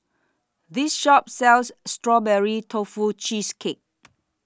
This Shop sells Strawberry Tofu Cheesecake